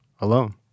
alone